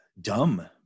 dumb